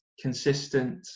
consistent